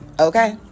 okay